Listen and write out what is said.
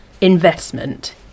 investment